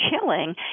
chilling